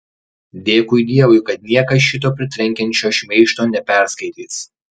dėkui dievui kad niekas šito pritrenkiančio šmeižto neperskaitys